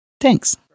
Thanks